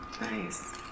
nice